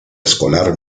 escolar